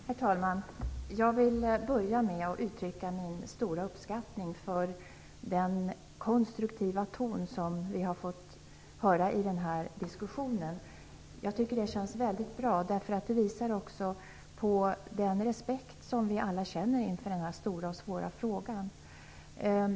Herr talman! Jag vill börja med att uttrycka min stora uppskattning över den konstruktiva ton som vi har fått höra i den här diskussionen. Det känns väldigt bra, därför att det visar också på den respekt som vi alla känner inför denna stora och svåra fråga.